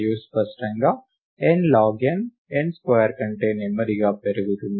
మరియు స్పష్టంగా n log n n square కంటే నెమ్మదిగా పెరుగుతుంది